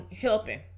helping